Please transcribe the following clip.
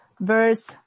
verse